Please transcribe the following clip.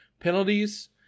penalties